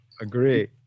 agree